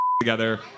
together